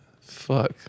Fuck